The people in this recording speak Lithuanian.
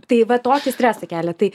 tai va tokį stresą kelia tai